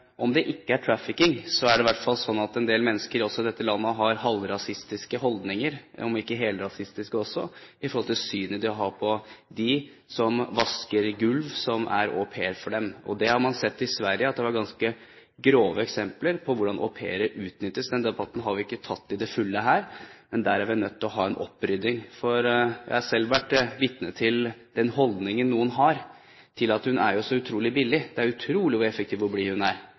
om det ikke er trafficking – det i hvert fall er slik at en del mennesker i dette landet har halvrasistiske holdninger – om ikke helrasistiske – i synet de har på dem som vasker gulv, som er au pair for dem. Det man har sett i Sverige, er ganske grove eksempler på hvordan au pairer utnyttes. Den debatten har vi ikke tatt fullt ut her, men der er vi nødt til å ha en opprydding. Jeg har selv vært vitne til den holdningen noen har til au pairer – hun er jo så utrolig billig, det er utrolig hvor effektiv og blid hun er,